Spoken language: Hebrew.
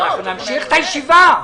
אנחנו נמשיך את הישיבה,